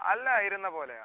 അല്ല ഇരുന്ന പോലെയാ